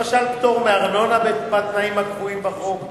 למשל פטור מארנונה בתנאים הקבועים בחוק,